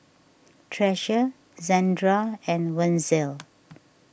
Treasure Zandra and Wenzel